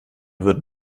würden